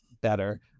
better